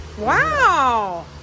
Wow